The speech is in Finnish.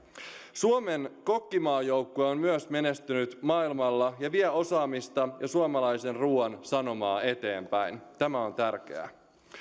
suomen kokkimaajoukkue on myös menestynyt maailmalla ja vie osaamista ja suomalaisen ruuan sanomaa eteenpäin tämä on tärkeää